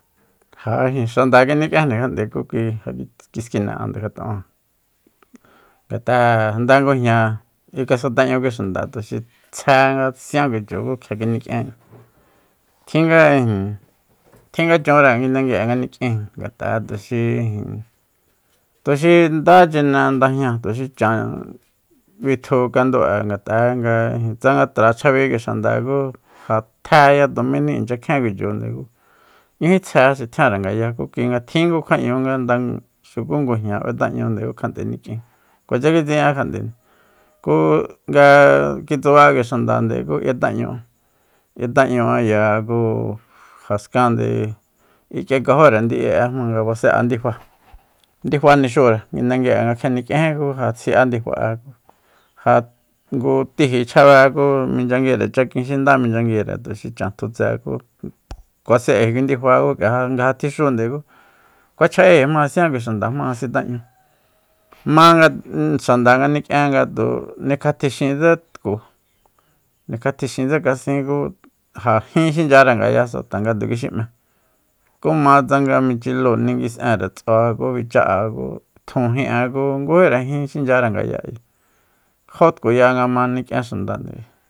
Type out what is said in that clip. Ja ijin xanda kinik'ienjni kjat'e ku kui kiskine'ande kjat'emáa ngat'a nda ngujña kikasenta'ñu kui xanda tuxi tsje nga si'an kui chu ku kjia kinik'ien tjin nga ijin tjin nga chunre nguindehui'e nga nik'ien ngat'a tuxi ijin tuxi nda chine ndajñáa tuxi chan bitju kandu'e ngat'a tsanga tra chjabi kui xanda ku ja tjéya tumini inchya kjien kui chunde ku jñúji tsje xi tjiánre ngaya ku kui nga tjin ngu kjua´ñu nga xuku ngujña beta'ñúunde ku kjat'e nikiéen kuacha kitsi'in kjat'e ku nga kitsuba kui xandande ku yet'a'ñu'a yeta'ñu'a ku jaskande kik'ekajóre ndi'i'e jmanga baen'a ndifa ndifa nixúre nguindengui'e nga kjia nik'iénjí ku ja si'á ndifa'e ja ngu tíji chjabe ku minchyanguire chakin xi nda minchyanguire tuxi chan tjutse ku kuasen'ée kui ndifa ku k'ia nga ja tjixúnde ku fa cha'ée jma sián kui xanda jma sita'ñu ma nga xanda nga ni'kien ngatu nikjatjixintsé tku nikjatjixintsé kasin ku ja jín xinchyare ngayasa tanga nde kuixi m'e ku ma tsanga michilúu ninguis'enre ts'ua ku bicha'a ku tjun jin'e ku ngújíre jin xinchyare ngaya ayi jó tkuya nga ma nik'ien xandande